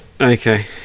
okay